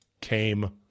came